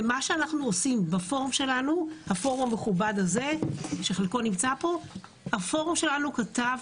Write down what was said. הפורום המכובד שלנו שחלק ממנו נמצא פה כתב